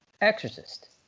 Exorcist